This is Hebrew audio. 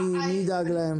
מי ידאג להם?